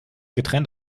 getrennt